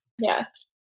Yes